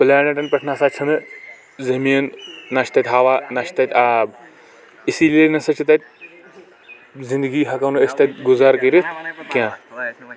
پُلینِٹن پٮ۪ٹھ نَسا چھَنہٕ زمیٖن نہَ چھ تَتہِ ہوا نہٕ چھ تَتہِ آب اسی لیے نہَ سا چھ تَتہِ زِنٛدگی ہٮ۪کو نہٕ أسۍ تتیہِ گُذٲرٕ کٔرِتھ کیٚنٛہہ